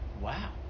wow